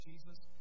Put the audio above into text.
Jesus